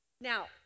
Now